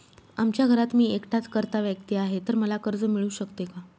आमच्या घरात मी एकटाच कर्ता व्यक्ती आहे, तर मला कर्ज मिळू शकते का?